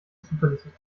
zuverlässig